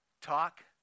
talk